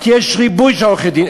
כי יש ריבוי של עורכי-דין.